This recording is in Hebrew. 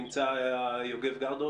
יוגב גרדוס,